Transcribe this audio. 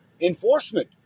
Enforcement